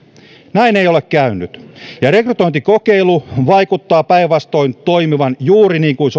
näin ei ole käynyt ja rekrytointikokeilu vaikuttaa päinvastoin toimivan juuri niin kuin